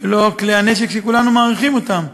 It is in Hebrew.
ולא כלי הנשק, שכולנו מעריכים אותם,